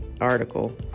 article